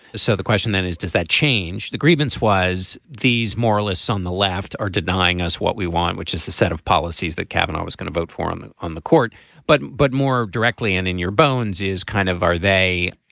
so the question then is does that change the grievance was these moralists on the left are denying us what we want which is the set of policies that cabinet was going to vote for him and on the court but but more directly and in your bones is kind of are they.